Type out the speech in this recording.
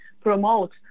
promote